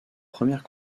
premières